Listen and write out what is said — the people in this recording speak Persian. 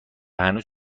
هنوز